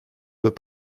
peut